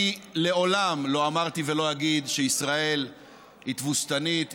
אני מעולם לא אמרתי ולא אגיד שישראל היא תבוסתנית.